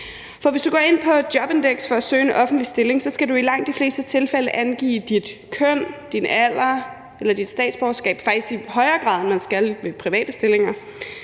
For hvis du går på Jobindex for at søge en offentlig stilling, skal du i langt de fleste tilfælde angive dit køn, din alder eller dit statsborgerskab, faktisk i højere grad end man skal ved private stillinger,